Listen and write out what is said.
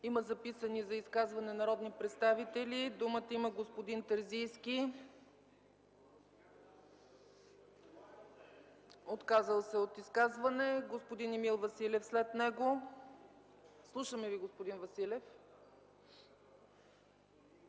Има записани за изказване народни представители. Думата има господин Терзийски. Отказал се е от изказване. Господин Емил Василев е след него. Слушаме Ви, господин Василев.